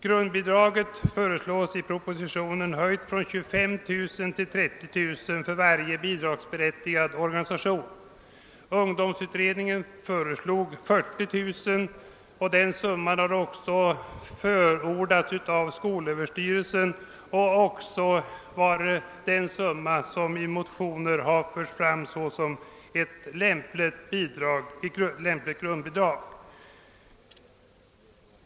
Grundbidraget föreslås i propositionen höjt från 25 000 till 30 000 kronor för varje bidragsberättigad ungdomsorganisation. Ungdomsutredningen föreslog 40 000 kronor, och den summan har också förordats av skolöverstyrelsen och även av motionärer framförts som ett lämpligt grundbidrag.